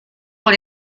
por